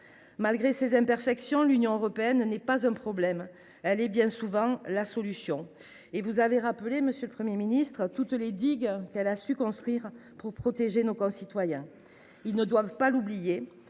Malgré ses imperfections, l’Union européenne n’est pas un problème ; elle est bien souvent la solution. Vous avez d’ailleurs rappelé, monsieur le Premier ministre, toutes les digues qu’elle a su construire pour protéger nos concitoyens. Ils ne doivent pas l’oublier